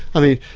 i mean,